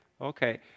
Okay